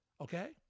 Okay